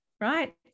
right